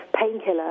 painkiller